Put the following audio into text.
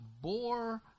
bore